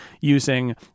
using